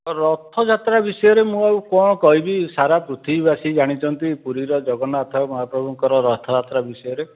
ରଥଯାତ୍ରା ବିଷୟରେ ମୁଁ ଆଉ କ'ଣ କହିବି ସାରା ପୃଥିବୀବାସୀ ଜାଣିଛନ୍ତି ପୁରୀର ଜଗନ୍ନାଥ ମହାପ୍ରଭୁଙ୍କର ରଥଯାତ୍ରା ବିଷୟରେ